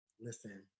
Listen